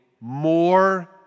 more